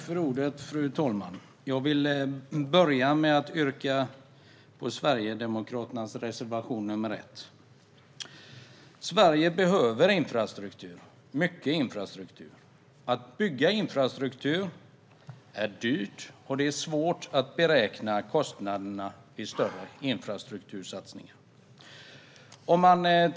Fru talman! Jag vill börja med att yrka bifall till Sverigedemokraternas reservation nr 1. Sverige behöver infrastruktur, mycket infrastruktur. Att bygga infrastruktur är dyrt, och det är svårt att beräkna kostnaderna för större infrastruktursatsningar.